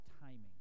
timing